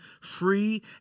free